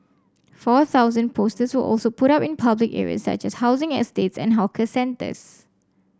four thousand posters were also put up in public areas such as housing estates and hawker centres